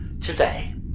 today